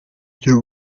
cyo